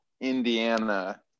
Indiana